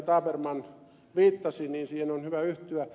tabermann viittasi ja siihen on hyvä yhtyä